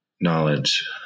knowledge